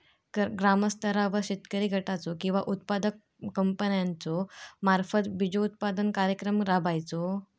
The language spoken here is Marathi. ग्रामस्तरावर शेतकरी गटाचो किंवा उत्पादक कंपन्याचो मार्फत बिजोत्पादन कार्यक्रम राबायचो?